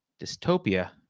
dystopia